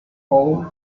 howe